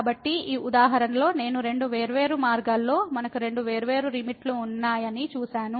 కాబట్టి ఈ ఉదాహరణలో నేను రెండు వేర్వేరు మార్గాల్లో మనకు రెండు వేర్వేరు లిమిట్ లు ఉన్నాయని చూశాను